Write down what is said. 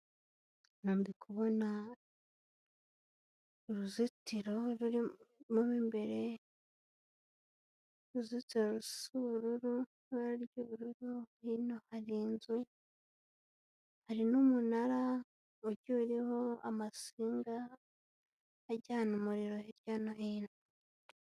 Aha ndikubona uruzitiro rurimo imbere, uruzitiro rusa ubururu, ibara ry'ubururu hino hari inzu, hari n'umunara ugiye uriho amasinga ajyana umuriro hirya no hino.